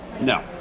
No